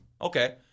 Okay